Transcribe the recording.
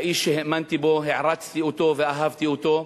האיש שהאמנתי בו, הערצתי אותו ואהבתי אותו,